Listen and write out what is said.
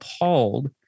appalled